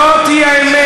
דמוקרטית, זאת האמת.